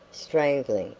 strangling,